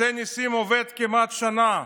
משה נסים עבד כמעט שנה,